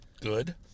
Good